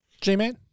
G-Man